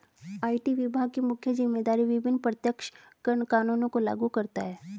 IT विभाग की मुख्य जिम्मेदारी विभिन्न प्रत्यक्ष कर कानूनों को लागू करता है